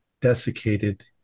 desiccated